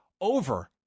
over